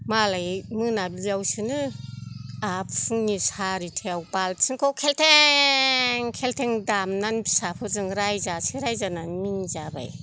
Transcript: मालाय मोनाबिलियावसोनो आंहा फुंनि सारिथायाव बाल्टिंखौ खेलटें खेलटें दामनानै फिसाफोरजों रायजासे रायजानानै मिनिजाबाय